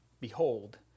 Behold